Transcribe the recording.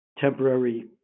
temporary